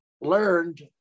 learned